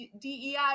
DEI